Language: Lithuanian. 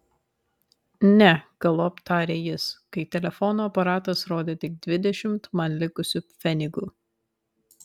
ne galop tarė jis kai telefono aparatas rodė tik dvidešimt man likusių pfenigų